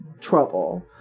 trouble